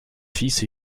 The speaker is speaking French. fils